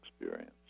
experience